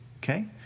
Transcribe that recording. Okay